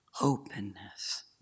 Openness